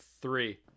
three